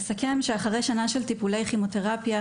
אחרי שנה של טיפולי כימותרפיה,